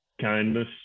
kindness